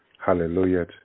hallelujah